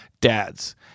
dads